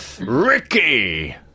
Ricky